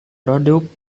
produk